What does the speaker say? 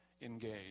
engage